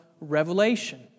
revelation